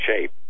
shape